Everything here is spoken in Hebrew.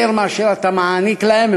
יותר מאשר אתה מעניק להם,